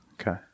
Okay